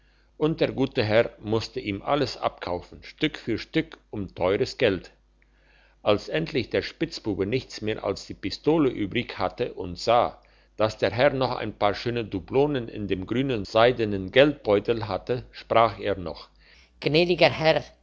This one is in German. und der gute herr musste ihm alles abkaufen stück für stück um teures geld als endlich der spitzbube nichts mehr als die pistole übrig hatte und sah dass der herr noch ein paar schöne dublonen in dem grünen seidenen geldbeutel hatte sprach er noch gnädiger herr